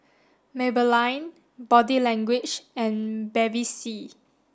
Maybelline Body Language and Bevy C